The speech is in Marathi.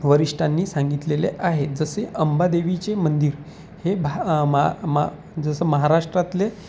वरिष्ठांनी सांगितलेले आहे जसे अंबादेवीचे मंदिर हे भा मा मा जसं महाराष्ट्रातले